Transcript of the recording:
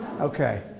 Okay